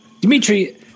dimitri